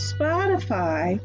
Spotify